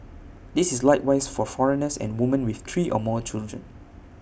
this is likewise for foreigners and woman with three or more children